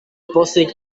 pozik